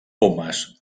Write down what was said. pomes